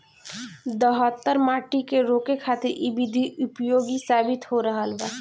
दहतर माटी के रोके खातिर इ विधि उपयोगी साबित हो रहल बा